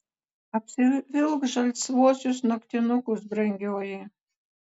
apsivilk žalsvuosius naktinukus brangioji